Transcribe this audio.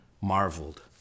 marveled